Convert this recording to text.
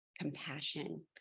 compassion